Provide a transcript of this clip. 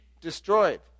destroyed